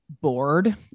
bored